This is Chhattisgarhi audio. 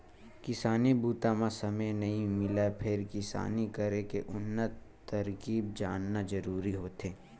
किसानी बूता म समे नइ मिलय फेर किसानी करे के उन्नत तरकीब जानना जरूरी होथे